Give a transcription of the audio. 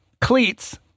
cleats